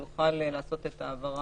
הוא יוכל לעשות את ההעברה